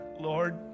Lord